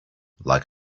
like